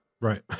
Right